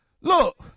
Look